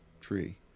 tree